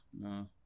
no